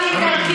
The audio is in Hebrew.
רק אם נרכיב,